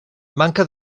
manca